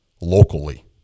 locally